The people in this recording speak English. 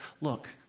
look